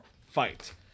fight